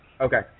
Okay